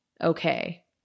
okay